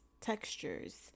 textures